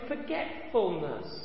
forgetfulness